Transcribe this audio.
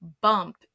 bump